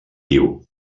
viu